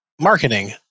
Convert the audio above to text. marketing